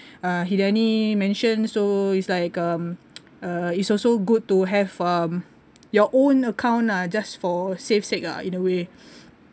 uh Hidani mention so it's like um uh it's also good to have um your own account lah just for safe sake ah in a way